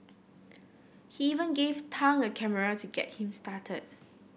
he even gave Tang a camera to get him started